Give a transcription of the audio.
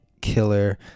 Killer